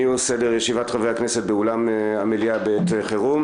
הוא סדר ישיבת חברי הכנסת באולם המליאה בעת חירום.